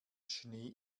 schnee